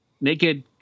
naked